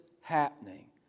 happening